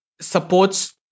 supports